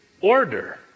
order